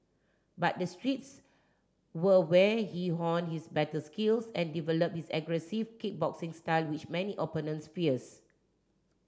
but the streets were where he honed his battle skills and developed his aggressive kickboxing style which many opponents fears